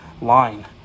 line